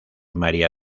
maría